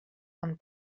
amb